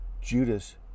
Judas